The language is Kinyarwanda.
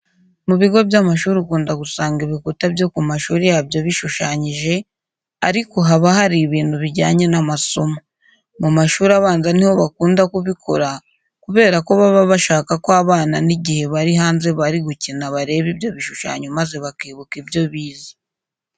Mu bigo by'amashuri ukunda gusanga ibikuta byo ku mashuri yabyo bishushanyije ariko haba hariho ibintu bijyanye n'amasomo. Mu mashuri abanza ni ho bakunda kubikora kubera ko baba bashaka ko abana n'igihe bari hanze bari gukina bareba ibyo bishushanyo maze bakibuka ibyo bize.